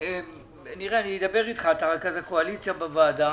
אדבר איתך, אתה רכז הקואליציה בוועדה: